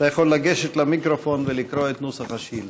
אתה יכול לגשת למיקרופון ולקרוא את נוסח השאילתה.